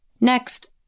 Next